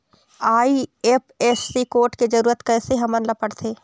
IFSC code के जरूरत कैसे हमन ला पड़थे?